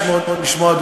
אני שמח לשמוע,